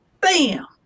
bam